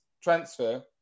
transfer